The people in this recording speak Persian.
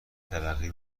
ترقی